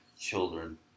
children